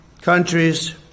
countries